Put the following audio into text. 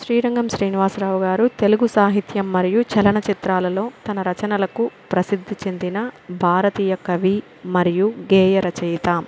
శ్రీరంగం శ్రీనివాసరావు గారు తెలుగు సాహిత్యం మరియు చలనచిత్రాలలో తన రచనలకు ప్రసిద్ధి చెందిన భారతీయ కవి మరియు గేయ రచయిత